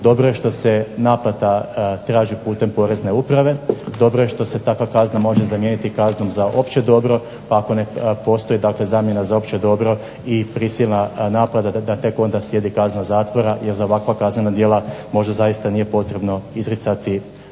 dobro je što se naplata traži putem porezne uprave, dobro je što se takva kazna može zamijeniti kaznom za opće dobro, pa postoji zamjena za opće dobro i prisilna naplata, da tek onda slijedi kazna zatvora, jer za ovakva kaznena djela možda zaista nije potrebno izricati zatvorske